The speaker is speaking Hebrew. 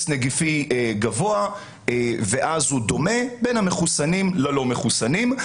נגיפי גבוה ואז הוא דומה בין המחוסנים ללא מחוסנים.